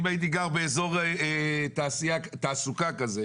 אם הייתי גר באזור תעסוקה כזה,